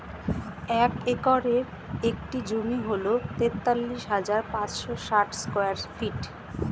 এক একরের একটি জমি হল তেতাল্লিশ হাজার পাঁচশ ষাট স্কয়ার ফিট